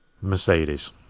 Mercedes